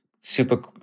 super